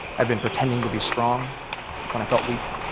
i've been pretending to be strong when i felt weak,